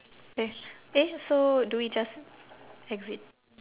K eh so do we just exit